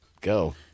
go